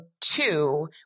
two